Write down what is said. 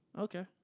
Okay